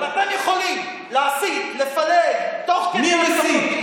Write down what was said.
אבל אתם יכולים להסית ולפלג תוך כדי, מי הסית?